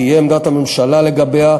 תהיה עמדת הממשלה לגביה,